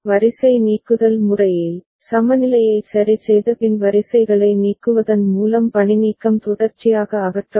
வரிசை நீக்குதல் முறையில் சமநிலையை சரி செய்தபின் வரிசைகளை நீக்குவதன் மூலம் பணிநீக்கம் தொடர்ச்சியாக அகற்றப்படும்